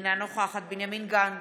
אינה נוכחת בנימין גנץ,